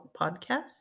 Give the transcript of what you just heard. Podcast